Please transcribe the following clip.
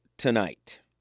tonight